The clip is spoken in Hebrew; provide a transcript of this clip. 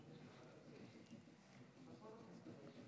תודה,